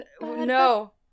no